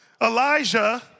Elijah